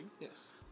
Yes